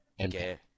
Okay